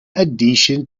addition